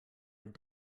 had